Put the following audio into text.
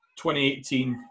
2018